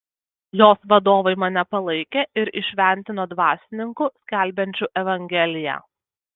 jos vadovai mane palaikė ir įšventino dvasininku skelbiančiu evangeliją